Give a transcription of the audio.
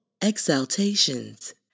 exaltations